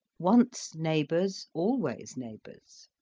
once neighbours, always neighbours.